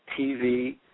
TV